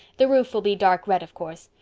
the roof will be dark red, of course.